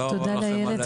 תודה רבה לכם.